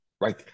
right